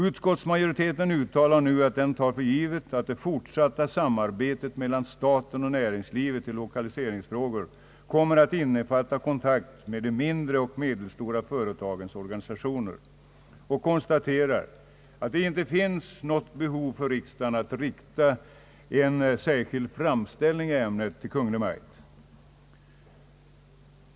Utskottsmajoriteten uttalar nu att den tar för givet att det fortsatta samarbetet mellan staten och näringslivet i lokaliseringsfrågor kommer att innefatta kontakt med de mindre och medelstora företagens organisationer och konstaterar att det inte finns något behov för riksdagen att rikta en särskild framställning i ämnet till Kungl. Maj:t.